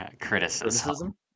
Criticism